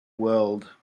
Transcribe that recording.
world